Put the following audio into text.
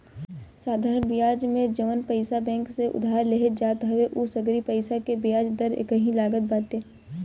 साधरण बियाज में जवन पईसा बैंक से उधार लेहल जात हवे उ सगरी पईसा के बियाज दर एकही लागत बाटे